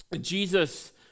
Jesus